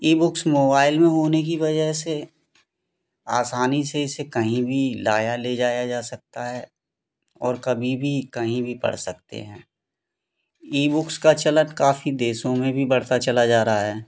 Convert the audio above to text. ई books mobile में होने की वज़ह से आसानी से इसे कहीं भी लाया ले जाया जा सकता है और कभी भी कहीं भी पढ़ सकते हैं ई बुक्स का चलन काफ़ी देशों में भी बढ़ता चला जा रहा है